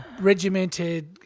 regimented